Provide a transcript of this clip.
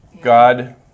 God